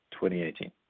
2018